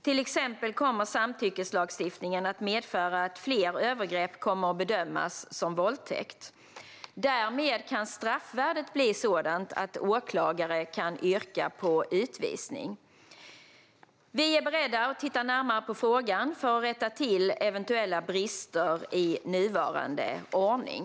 Till exempel kommer samtyckeslagstiftningen att medföra att fler övergrepp kommer att bedömas som våldtäkt. Därmed kan straffvärdet bli sådant att åklagare kan yrka på utvisning. Vi är beredda att titta närmare på frågan för att rätta till eventuella brister i nuvarande ordning.